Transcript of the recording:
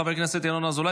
חבר הכנסת ינון אזולאי,